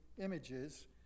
images